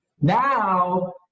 now